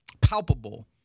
palpable